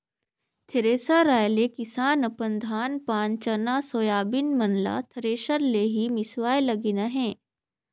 thresher आए ले किसान अपन धान पान चना, सोयाबीन मन ल थरेसर ले ही मिसवाए लगिन अहे